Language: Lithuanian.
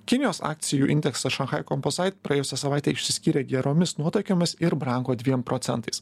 kinijos akcijų indeksas šanchaj komposait praėjusią savaitę išsiskyrė geromis nuotaikomis ir brango dviem procentais